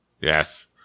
yes